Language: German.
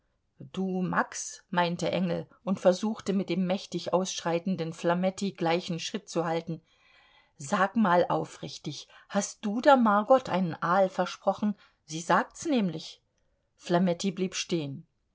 du max meinte engel und versuchte mit dem mächtig ausschreitenden flametti gleichen schritt zu halten sag mal aufrichtig hast du der margot einen aal versprochen sie sagt's nämlich flametti blieb stehen